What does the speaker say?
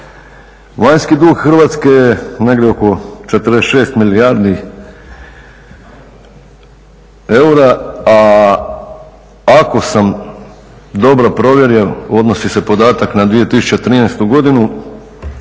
Vanjski dug Hrvatske je negdje oko 46 milijardi eura, a ako sam dobro provjerio odnosi se podatak na 2013. godinu.